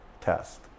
test